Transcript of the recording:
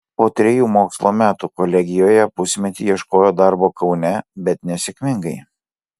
po trejų mokslo metų kolegijoje pusmetį ieškojo darbo kaune bet nesėkmingai